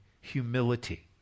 humility